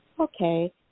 Okay